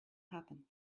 happen